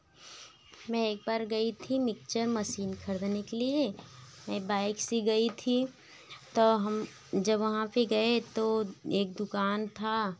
मैं एक बार गई थी मिक्चर मसीन खरीदने के लिए मैं बाइक से गई थी तो हम जब वहाँ पर गए तो एक दुकान था